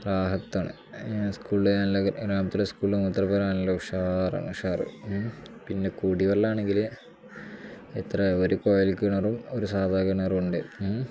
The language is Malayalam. ഗ്രാമത്തിലാണ് സ്കൂളല്ല ഗ്രാമത്തിലെ സ്കൂള മൂത്ര പുരയില്ല ഉഷാറാണ് ഉഷാറ് പിന്നെ കുടിവെള്ളം ആണെങ്കിൽ എത്രവരെ കുഴൽ കിണറും ഒരു സാധാരണ കിണറുമുണ്ട്